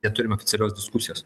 neturim oficialios diskusijos